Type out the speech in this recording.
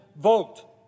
vote